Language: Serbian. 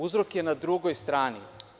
Uzrok je na drugoj strani.